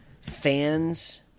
fans